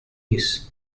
this